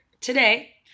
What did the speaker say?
today